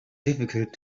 difficult